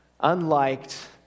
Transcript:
unliked